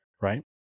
right